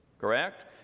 correct